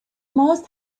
must